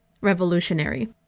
revolutionary